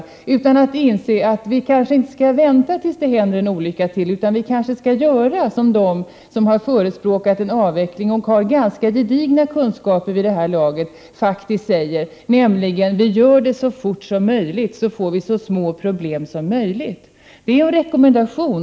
Han bör i stället inse att vi inte skall vänta tills det händer en olycka till utan i stället göra som de som förespråkat en avveckling och som har ganska gedigna kunskaper vid det här laget säger, nämligen: Vi gör det så fort som möjligt, så får vi så små problem som möjligt. Det är en rekommendation.